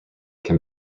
can